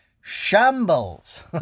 shambles